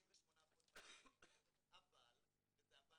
יושב גוף מקצועי כמו חברת אשראי או כל נותן